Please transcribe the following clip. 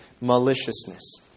maliciousness